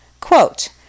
Quote